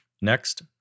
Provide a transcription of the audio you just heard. Next